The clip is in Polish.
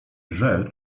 żel